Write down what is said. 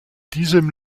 diesem